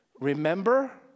Remember